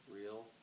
Real